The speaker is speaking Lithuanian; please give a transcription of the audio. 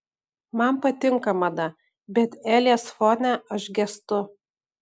man patinka mada bet elės fone aš gęstu